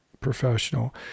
professional